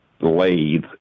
lathe